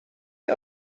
sie